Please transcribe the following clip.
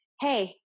Hey